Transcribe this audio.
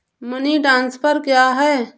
Money transfer क्या है?